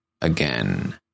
again